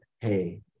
hey